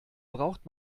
braucht